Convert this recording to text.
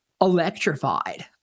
electrified